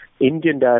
Indian